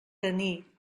tenir